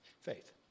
Faith